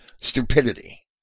stupidity